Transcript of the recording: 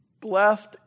Blessed